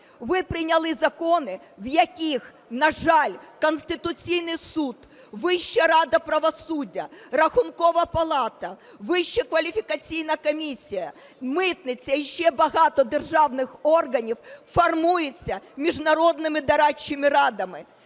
Ви прийняли закони, в яких, на жаль, Конституційний Суд, Вища рада правосуддя, Рахункова палата, Вища кваліфікаційна комісія, митниця і ще багато державних органів формуються міжнародними дорадчими радами.